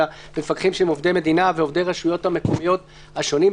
אלא מפקחים שהם עובדי מדינה ועובדי הרשויות המקומיות השונים,